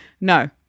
No